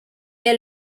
est